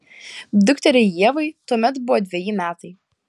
dukteriai ievai tuomet buvo dveji metai